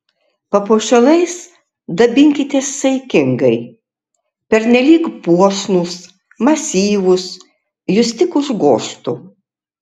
papuošalais dabinkitės saikingai pernelyg puošnūs masyvūs jus tik užgožtų